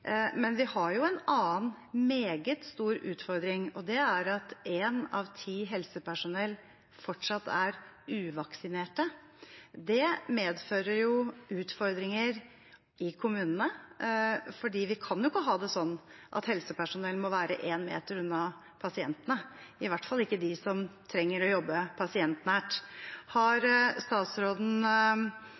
men vi har jo en annen meget stor utfordring, og det er at én av ti blant helsepersonell fortsatt er uvaksinert. Det medfører utfordringer i kommunene, for vi kan jo ikke ha det sånn at helsepersonell må være én meter unna pasientene, i hvert fall ikke de som trenger å jobbe pasientnært. Har statsråden